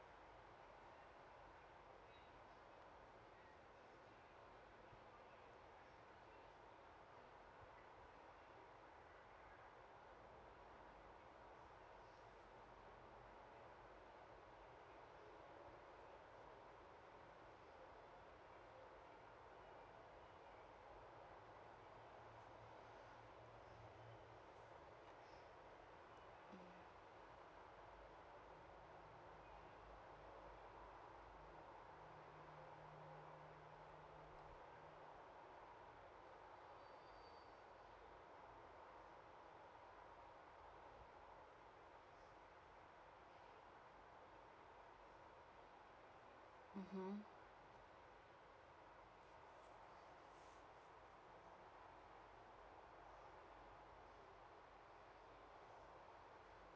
mmhmm